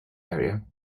area